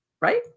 Right